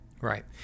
Right